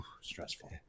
stressful